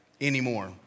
anymore